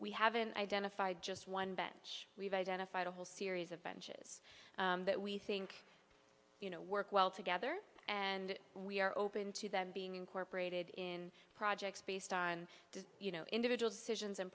we haven't identified just one bench we've identified a whole series of benches that we think you know work well together and we are open to them being incorporated in projects based on the you know individual decisions and